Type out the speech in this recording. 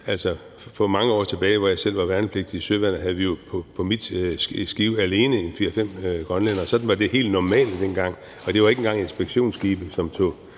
For mange år tilbage, hvor jeg selv var værnepligtig i søværnet, havde vi på mit skib alene fire til fem grønlændere. Sådan var det helt normale dengang, og det var ikke engang inspektionsskibe, som tog